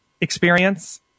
experience